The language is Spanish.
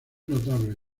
notable